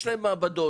מעבדות.